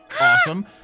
awesome